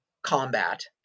combat